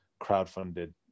crowdfunded